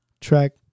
track